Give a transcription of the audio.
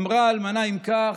אמרה האלמנה: אם כך,